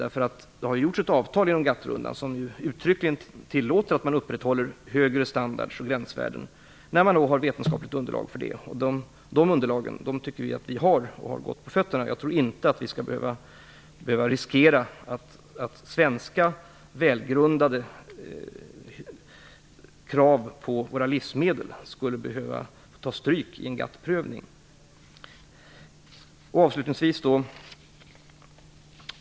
Ett avtal har slutits inom GATT-rundan, ett avtal som uttryckligen tillåter att man upprätthåller en högre standard och högre gränsvärden när det finns vetenskapligt underlag för det. De underlagen tycker vi att vi har. Jag tror inte att vi behöver riskera att svenska välgrundade krav på livsmedel tar stryk vid en GATT-prövning.